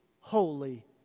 holy